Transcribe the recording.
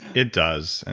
it does, and